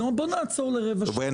בוא נעצור לרבע שעה.